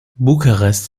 bukarest